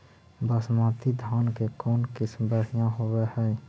बासमती धान के कौन किसम बँढ़िया होब है?